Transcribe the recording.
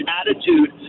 attitude